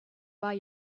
buy